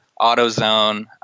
AutoZone